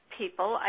people